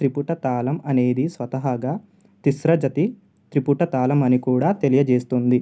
త్రిపుట తాళం అనేది స్వతహాగా తిస్ర జతి త్రిపుట తాళం అని కూడా తెలియజేస్తుంది